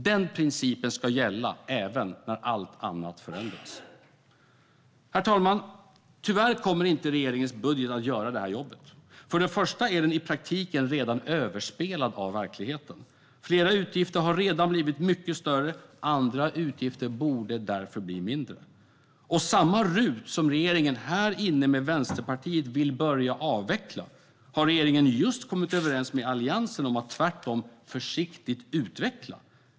Den principen ska gälla även när allt annat förändras. Herr talman! Tyvärr kommer regeringens budget inte att göra det jobbet. För det första är den i praktiken redan överspelad av verkligheten. Flera utgifter har blivit mycket större, och andra utgifter borde därför bli mindre. Samma RUT som regeringen tillsammans med Vänsterpartiet vill börja avveckla har regeringen just kommit överens med Alliansen om att tvärtom försiktigt utveckla.